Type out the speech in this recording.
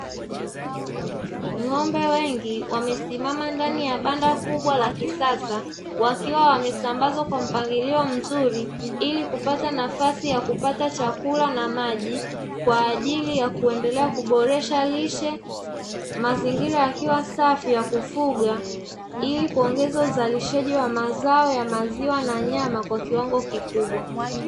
Ng'ombe wengi wamesimama ndani ya banda kubwa la kisasa wakiwa wamesambazwa kwa mpangilio mzuri, ili kupata nafasi ya kupata chakula na maji kwa ajili ya kuendelea kuboresha lishe mazingira yakiwa safi ya kufuga, ili kuongeza uzalishaji wa mazao ya maziwa na nyama kwa kiwango kikubwa.